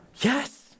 Yes